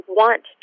want